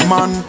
Man